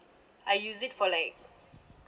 I used it for like